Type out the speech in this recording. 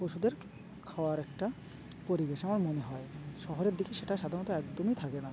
পশুদের খাওয়ার একটা পরিবেশ আমার মনে হয় শহরের দিকে সেটা সাধারণত একদমই থাকে না